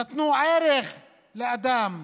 נתנו ערך לאדם,